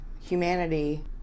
humanity